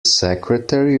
secretary